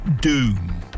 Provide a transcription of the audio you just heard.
doom